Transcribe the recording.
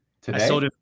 Today